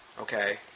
Okay